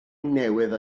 newydd